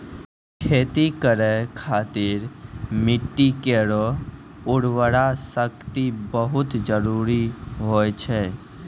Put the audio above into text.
खेती करै खातिर मिट्टी केरो उर्वरा शक्ति बहुत जरूरी होय छै